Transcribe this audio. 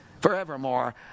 forevermore